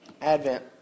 Advent